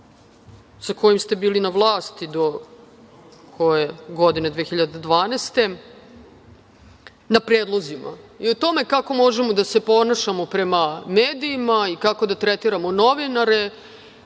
sa kojim ste bili na vlasti do 2012. godine na predlozima i o tome kako možemo da se ponašamo prema medijima i kako da tretiramo novinare